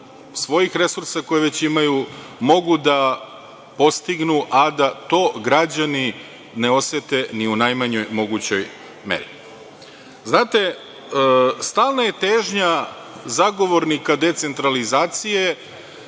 svojih resursa koje već imaju mogu da postignu, a da to građani ne osete ni u najmanjoj mogućoj meri. Znate, stalna je težnja zagovornika decentralizacije